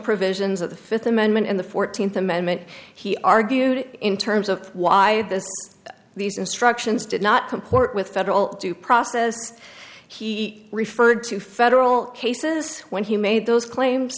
provisions of the fifth amendment in the fourteenth amendment he argued in terms of why this these instructions did not comport with federal due process he referred to federal cases when he made those claims